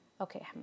Okay